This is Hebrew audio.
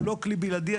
הוא לא כלי בלעדי.